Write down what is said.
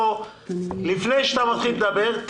לפני שאתה מתחיל לדבר,